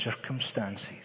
circumstances